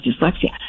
dyslexia